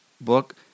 book